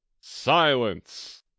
silence